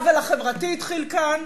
העוול החברתי התחיל כאן,